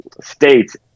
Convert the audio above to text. states